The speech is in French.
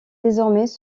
désormais